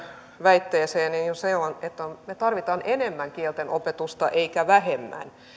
väitteeseen on se että me tarvitsemme enemmän kielten opetusta emmekä vähemmän